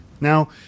Now